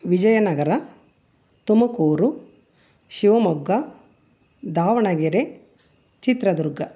Vijayanagara Tumakuru Shivamogga Davanagere Chitradurga